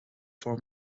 for